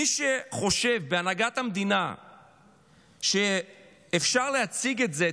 מי שחושב בהנהגת המדינה שאפשר להציג את זה,